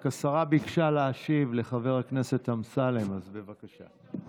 השרה ביקשה להשיב חבר הכנסת אמסלם, אז בבקשה.